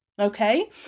Okay